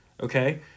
Okay